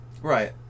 right